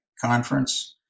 conference